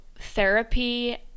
therapy